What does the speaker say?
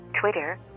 Twitter